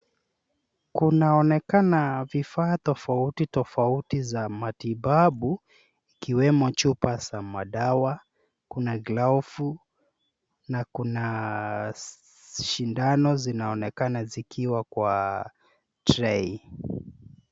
Kunaonekana vifaa tofauti tofauti za matibabu ikiwemo chupa za madawa, kuna glovu na kuna sindano zinaonekana zikiwa kwa tray .